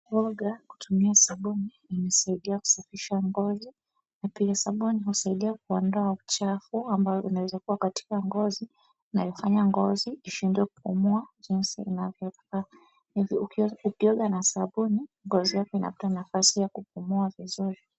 Ni bora kutumia sabuni inasaidia kusafisha ngozi na pia sabuni husaidia kuondoa uchafu ambao unaeza kuwa katika ngozi unaofanya ngozi ishindwe kupumua jinsi inavyofaa. Ukioga na sabuni ngozi yako inapea nafasi ya kupumua vizuri.